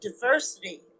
diversity